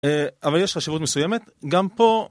אבל יש חשיבות מסוימת, גם פה...